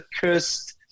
cursed